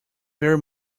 very